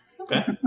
Okay